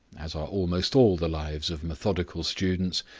as are almost all the lives of methodical students,